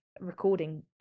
recording